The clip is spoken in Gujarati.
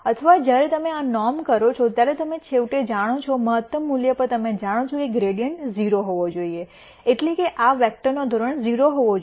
અથવા જ્યારે તમે આ નોર્મ કરો છો ત્યારે તમે છેવટે જાણો છો મહત્તમ મૂલ્ય પર તમે જાણો છો કે ગ્રૈડીઅન્ટ 0 હોવો જોઈએ એટલે કે આ વેક્ટરનો ધોરણ 0 હોવો જોઈએ